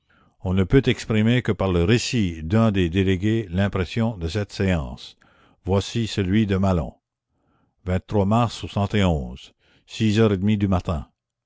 on ne peut exprimer que par le récit d'un des délégués l'impression de cette séance voici celui de alon mars h du matin